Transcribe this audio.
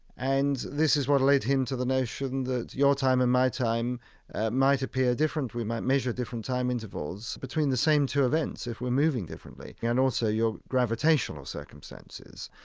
and this is what led him to the notion that your time and my time might appear different. we might measure different time intervals between the same two events if we're moving differently. yeah and also your gravitational circumstances.